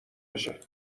بشه